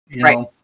Right